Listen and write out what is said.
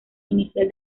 inicial